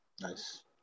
Nice